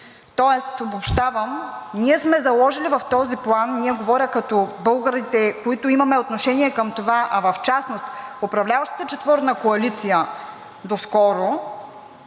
тоест обобщавам, че ние сме заложили в този план – ние, говоря като българите, които имаме отношение към това, а в частност управляващата четворна коалиция доскоро,